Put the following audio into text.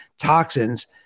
toxins